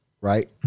right